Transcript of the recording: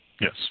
Yes